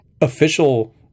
official